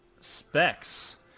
Specs